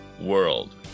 world